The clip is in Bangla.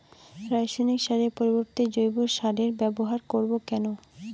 রাসায়নিক সারের পরিবর্তে জৈব সারের ব্যবহার করব কেন?